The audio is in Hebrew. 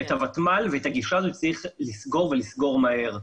את הוותמ"ל ואת הגישה, לסגור מהר.